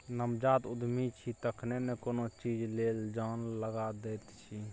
नवजात उद्यमी छी तखने न कोनो चीज लेल जान लगा दैत छी